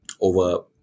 over